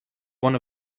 one